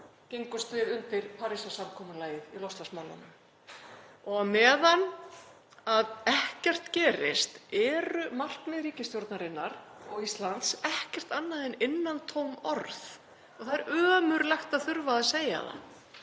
gengumst við undir Parísarsamkomulagið í loftslagsmálunum. Á meðan ekkert gerist eru markmið ríkisstjórnarinnar og Íslands ekkert annað en innantóm orð. Það er ömurlegt að þurfa að segja það